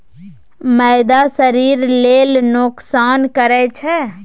मैदा शरीर लेल नोकसान करइ छै